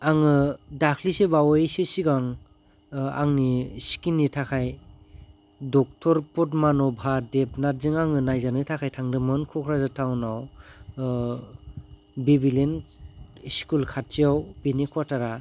आङो दाख्लैसो बावै एसे सिगां आंनि सिकिननि थाखाय डक्टर पदमानभा देबनाथजों आङो नायजानो थाखाय थांदोंमोन क'क्राझार थाउनाव बिबिलेन स्कुल खाथियाव बिनि कवा'टारा